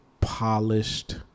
polished